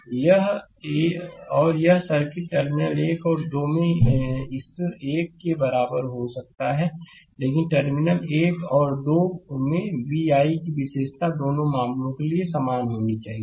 और यह circuit terminal 1 और 2 में इस एक के बराबर हो सकता है लेकिन टर्मिनल एक और दो में v i की विशेषता दोनों मामलों के लिए समान होनी चाहिए